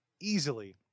easily